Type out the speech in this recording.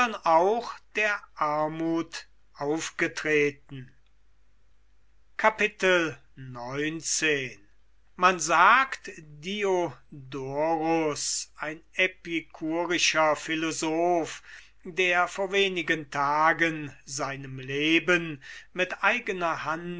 sondern der armuth aufgetreten xix man sagt diodorus ein epikurischer philosoph der vor wenigen tagen seinem leben mit eigener hand